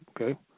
Okay